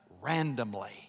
randomly